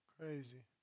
Crazy